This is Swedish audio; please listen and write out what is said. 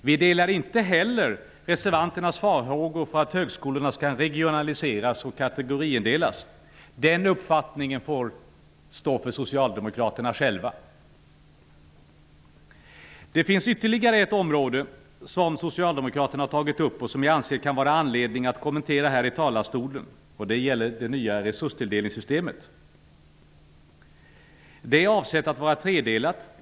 Vi delar inte heller reservanternas farhågor för att högskolorna skall regionaliseras och kategoriindelas. Den uppfattningen får stå för Ytterligare ett område som Socialdemokraterna har tagit upp -- och som jag anser att det kan finnas anledning att kommentera här i talarstolen -- är det nya resurstilldelningssystemet. Det är avsett att vara tredelat.